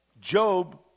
Job